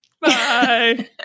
Bye